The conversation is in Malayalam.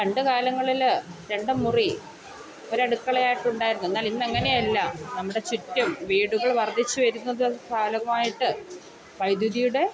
പണ്ട് കാലങ്ങളിൽ രണ്ട് മുറി ഒരു അടുക്കളയായിട്ടുണ്ടായിരുന്നു എന്നാൽ ഇന്നങ്ങനെ അല്ല നമ്മുടെ ചുറ്റും വീടുകൾ വർധിച്ച് വരുന്നത് കാലമായിട്ട് വൈദ്യുതിയുടെ